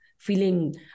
feeling